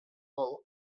hall